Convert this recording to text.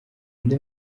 inde